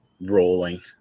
rolling